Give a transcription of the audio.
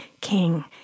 King